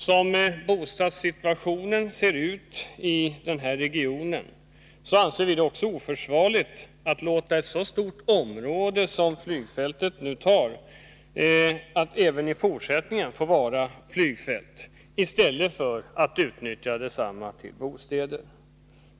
Såsom bostadssituationen ser ut i regionen anser vi det också oförsvarligt att även i fortsättningen låta ett så stort område som flygfältet vara flygfält i stället för att utnyttja detsamma för bostäder.